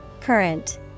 Current